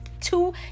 two